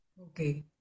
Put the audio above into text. Okay